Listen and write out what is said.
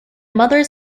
mothers